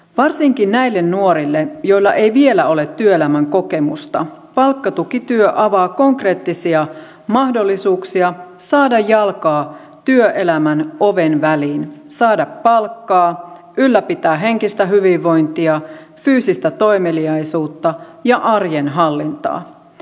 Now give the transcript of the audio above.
varsinkin näille nuorille joilla ei vielä ole työelämän kokemusta palkkatukityö avaa konkreettisia mahdollisuuksia saada jalkaa työelämän oven väliin saada palkkaa ylläpitää henkistä hyvinvointia fyysistä toimeliaisuutta ja arjen hallintaa